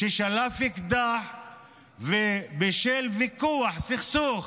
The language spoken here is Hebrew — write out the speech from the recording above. ששלף אקדח בשל ויכוח, סכסוך,